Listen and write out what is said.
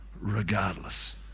regardless